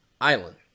island